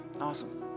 awesome